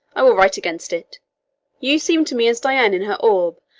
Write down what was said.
i will write against it you seem to me as dian in her orb,